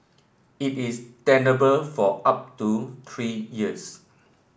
it is tenable for up to three years